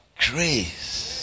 Grace